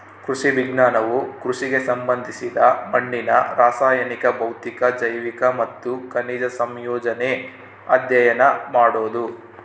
ಕೃಷಿ ವಿಜ್ಞಾನವು ಕೃಷಿಗೆ ಸಂಬಂಧಿಸಿದ ಮಣ್ಣಿನ ರಾಸಾಯನಿಕ ಭೌತಿಕ ಜೈವಿಕ ಮತ್ತು ಖನಿಜ ಸಂಯೋಜನೆ ಅಧ್ಯಯನ ಮಾಡೋದು